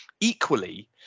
Equally